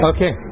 Okay